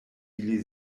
ili